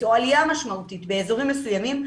או עלייה משמעותית באזורים מסוימים,